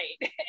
right